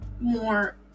more